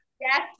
Yes